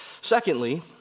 Secondly